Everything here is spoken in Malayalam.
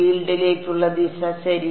ഫീൽഡിലേക്കുള്ള ദിശ ശരി